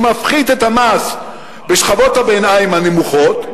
הוא מפחית את המס בשכבות הביניים הנמוכות,